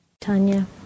Tanya